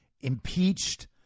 impeached